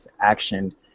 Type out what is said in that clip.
action